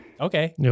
Okay